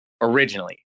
originally